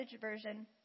version